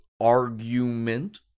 argument